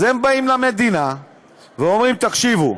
אז הם באים למדינה ואומרים: תקשיבו,